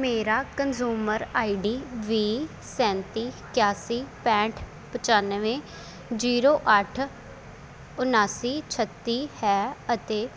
ਮੇਰਾ consumer ID ਵੀਹ ਸੈਂਤੀ ਇਕਾਸੀ ਪੈਂਹਠ ਪਚਾਨਵੇਂ ਜ਼ੀਰੋ ਅੱਠ ਉਣਾਸੀ ਛੱਤੀ ਹੈ ਅਤੇ